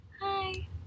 Hi